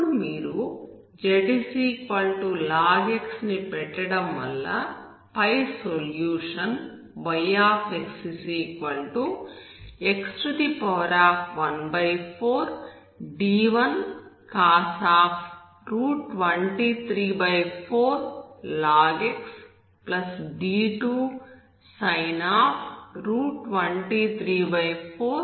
ఇప్పుడు మీరు zlog x ని పెట్టడం వల్ల పై solution yxx14d1cos 234log x d2sin 234log x అవుతుంది